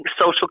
social